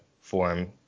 form